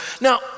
Now